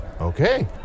Okay